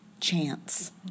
Chance